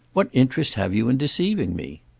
what interest have you in deceiving me?